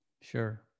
Sure